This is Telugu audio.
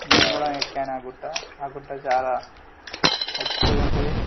నేను కూడా ఎక్కాను ఆ గుట్ట ఆ గుట్ట చాలా ఎత్తుగా ఉంటుంది